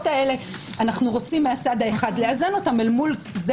אנו רוצים מצד אחד לאזן אותן מול זה